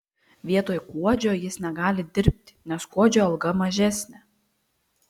vietoj kuodžio jis negali dirbti nes kuodžio alga mažesnė